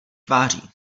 tváří